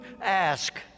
ask